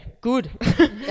good